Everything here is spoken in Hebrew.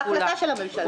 החלטה של הממשלה.